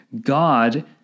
God